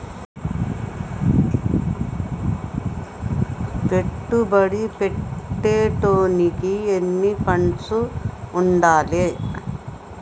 పెట్టుబడి పెట్టేటోనికి ఎన్ని ఫండ్స్ ఉండాలే?